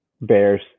Bears